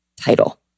title